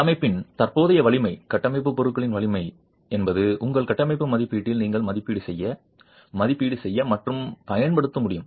கட்டமைப்பின் தற்போதைய வலிமைகட்டமைப்பு பொருட்களின் வலிமை என்பது உங்கள் கட்டமைப்பு மதிப்பீட்டில் நீங்கள் மதிப்பீடு செய்ய மதிப்பீடு செய்ய மற்றும் பயன்படுத்த முடியும்